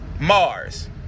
Mars